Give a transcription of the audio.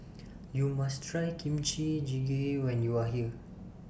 YOU must Try Kimchi Jjigae when YOU Are here